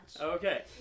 Okay